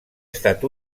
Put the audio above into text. estat